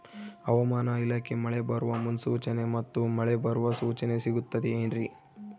ಹವಮಾನ ಇಲಾಖೆ ಮಳೆ ಬರುವ ಮುನ್ಸೂಚನೆ ಮತ್ತು ಮಳೆ ಬರುವ ಸೂಚನೆ ಸಿಗುತ್ತದೆ ಏನ್ರಿ?